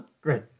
Great